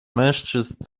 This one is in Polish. mężczyzn